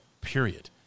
period